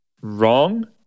wrong